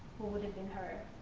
would have been her